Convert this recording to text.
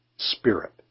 spirit